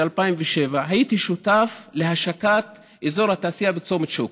ב-2007 הייתי שותף להשקת אזור התעשייה בצומת שוקת.